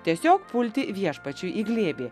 tiesiog pulti viešpačiui į glėbį